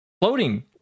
Floating